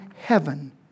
heaven